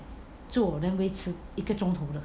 做 then 维持一个钟头的